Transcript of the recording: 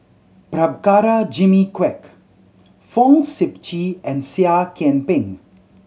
Prabhakara Jimmy Quek Fong Sip Chee and Seah Kian Peng